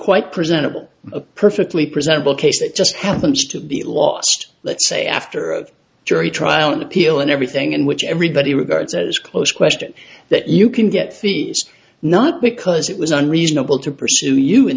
quite presentable a perfectly presentable case that just happens to be lost let's say after a jury trial an appeal and everything in which everybody regards as close question that you can get not because it was unreasonable to pursue you in